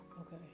Okay